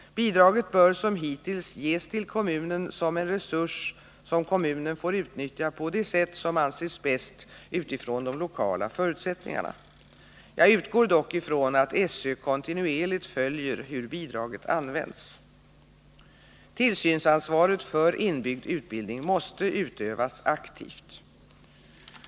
Bidraget bör som hittills ges till kommunen som en resurs som kommunen får utnyttja på det sätt som anses bäst utifrån de lokala förutsättningarna. Jag utgår dock ifrån att SÖ kontinuerligt följer hur bidraget används. Tillsynsansvaret för inbyggd utbildning måste utövas aktivt.